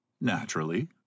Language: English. Naturally